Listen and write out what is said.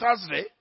Thursday